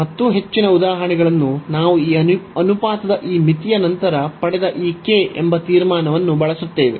ಮತ್ತು ಹೆಚ್ಚಿನ ಉದಾಹರಣೆಗಳನ್ನು ನಾವು ಈ ಅನುಪಾತದ ಈ ಮಿತಿಯ ನಂತರ ಪಡೆದ ಈ k ಎಂಬ ತೀರ್ಮಾನವನ್ನು ಬಳಸುತ್ತೇವೆ